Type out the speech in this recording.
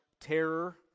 terror